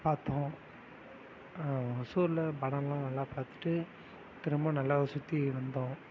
பார்த்தோம் ஒசூரில் படம்லாம் நல்லா பார்த்துட்டு திரும்ப நல்லா சுற்றி வந்தோம்